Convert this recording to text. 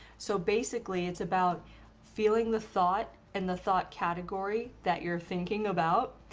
so basically it's about feeling the thought and the thought category that you're thinking about,